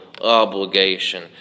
obligation